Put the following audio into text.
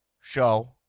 show